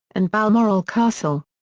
and balmoral castle.